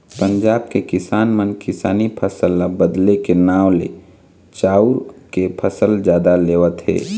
पंजाब के किसान मन किसानी फसल ल बदले के नांव ले चाँउर के फसल जादा लेवत हे